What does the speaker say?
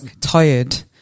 tired